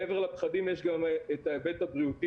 מעבר לפחדים יש גם את ההיבט הבריאותי.